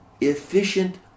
efficient